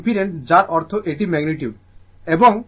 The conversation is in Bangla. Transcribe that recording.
এবং ইমপেডেন্স যার অর্থ এটি ম্যাগনিটিউড